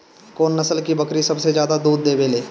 कौन नस्ल की बकरी सबसे ज्यादा दूध देवेले?